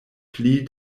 pli